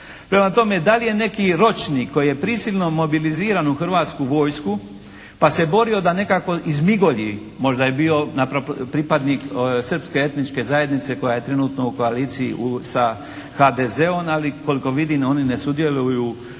Prema tome da li je neki ročnik koji je prisilno mobiliziran u hrvatsku vojsku pa se borio da nekako izmigolji, možda je bio pripadnik srpske etničke zajednice koja je trenutno u koaliciji sa HDZ-om ali koliko vidim oni ne sudjeluju u raspravi